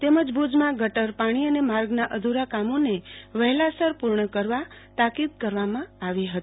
તેમજ ભુજમાં ગટર પાણી અને માર્ગના અધુ રા કામોને વહેલાસર પુર્ણ કરવા તાકીદ કરવામાં આવી હતી